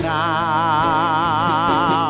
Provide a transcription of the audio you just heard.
now